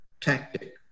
tactic